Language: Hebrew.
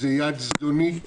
היא יד זדונית.